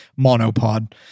monopod